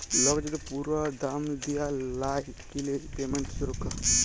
lock যদি পুরা দাম দিয়া লায় কিলে পেমেন্ট সুরক্ষা